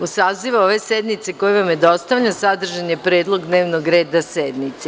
U sazivu ove sednice koji vam je dostavljen, sadržan je predlog dnevnog reda sednice.